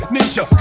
Ninja